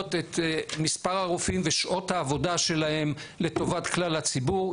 מרחיבות את מספר הרופאים ושעות העבודה שלהם לטובת כלל הציבור,